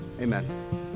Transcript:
Amen